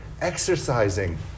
Exercising